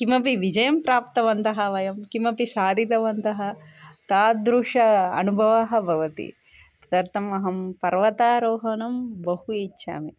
किमपि विजयं प्राप्तवन्तः वयं किमपि साधितवन्तः तादृशः अनुभवः भवति तदर्थम् अहं पर्वतारोहणं बहु इच्छामि